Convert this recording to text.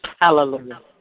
Hallelujah